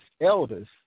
elders